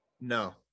No